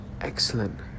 excellent